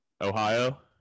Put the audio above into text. Ohio